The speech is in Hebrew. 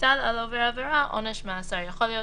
יוטל על עובר העבירה עונש מאסר." יכול להיות